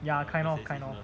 ya kind of kind of